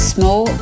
Small